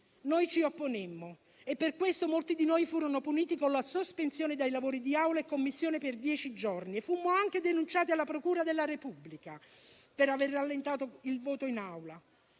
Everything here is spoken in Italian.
Noi ci opponemmo e per questo molti di noi furono puniti con la sospensione dei lavori di Aula e Commissione per dieci giorni e fummo anche denunciati alla procura della Repubblica per aver rallentato il voto in Aula.